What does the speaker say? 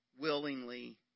willingly